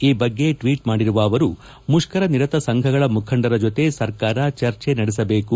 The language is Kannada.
ಈ ಬಗ್ಗೆ ಟ್ವೀಟ್ ಮಾಡಿರುವ ಅವರು ಮುಷ್ಪರನಿರತ ಸಂಘಗಳ ಮುಖಂಡರ ಜೊತೆ ಸರ್ಕಾರ ಚರ್ಚೆ ನಡೆಸಬೇಕು